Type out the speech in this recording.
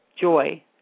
joy